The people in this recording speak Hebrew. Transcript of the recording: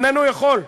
איננו יכול,